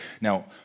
Now